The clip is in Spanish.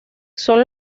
son